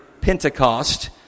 Pentecost